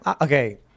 Okay